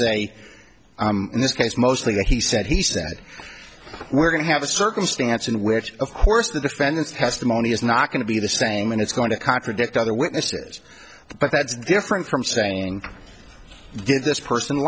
say in this case mostly what he said he said we're going to have a circumstance in which of course the defendant's testimony is not going to be the same and it's going to contradict other witnesses but that's different from saying give this person